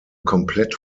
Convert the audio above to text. komplett